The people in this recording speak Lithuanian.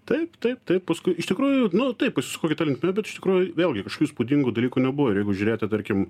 taip taip taip paskui iš tikrųjų nu taip pasisuko kita linkme bet iš tikrųjų vėlgi kažkokių įspūdingų dalykų nebuvo ir jeigu žiūrėti tarkim